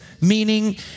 meaning